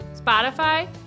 Spotify